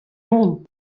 hont